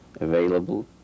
available